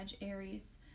Aries